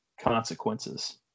consequences